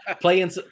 Playing